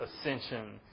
ascension